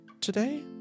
today